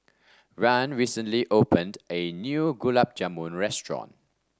Rahn recently opened a new Gulab Jamun restaurant